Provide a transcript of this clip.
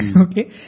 Okay